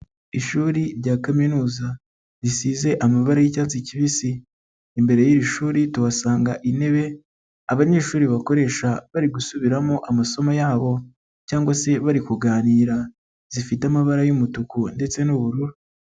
Ishuri rya kaminuza risize amabara y'icyatsi kibisi, imbere y'irishuri tuhasanga intebe abanyeshuri bakoresha bari gusubiramo amasomo yabo cyangwa se bari kuganira zifite amabara y'umutuku ndetse n'ubururu.